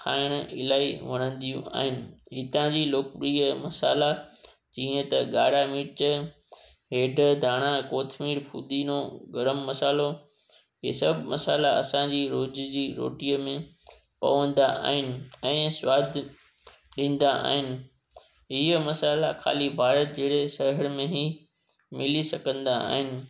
खाइणु इलाही वणंदियूं आहिनि हितां जी लोकप्रिय मसाल्हा जीअं त गाढ़ा मिर्च हेडु धाणा कोथिमीर पुदीनो गर्म मसाल्हो हे सभु मसाल्हा असांजी रोज़ जी रोटीअ में पवंदा आहिनि ऐं सवादु ॾींदा आहिनि इहे मसाल्हा खाली भारत जहिड़े शहर में ई मिली सघंदा आहिनि